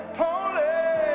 holy